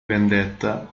vendetta